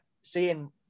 seeing